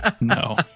No